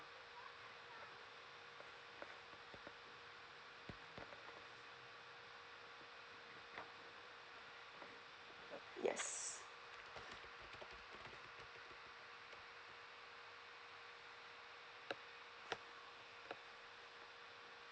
yes